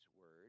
word